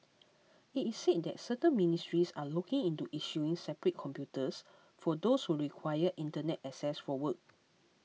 it is said that certain ministries are looking into issuing separate computers for those who require Internet access for work